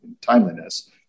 timeliness